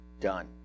done